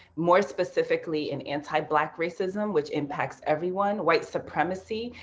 more specifically, in anti black racism which impacts everyone, white supremacy,